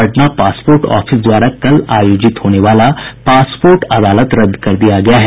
Patna passport office द्वारा कल आयोजित होने वाला पासपोर्ट अदालत रद्द कर दिया गया है